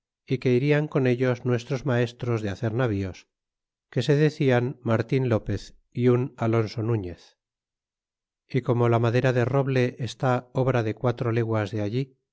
y que irian con ellos nuestros maestros de hacer navíos que se decian martin lopez y un alonso nuñez y como la madera de roble está obra de cuatro leguas de allí